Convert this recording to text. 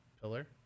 pillar